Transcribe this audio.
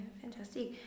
fantastic